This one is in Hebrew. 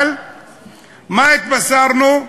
אבל מה התבשרנו?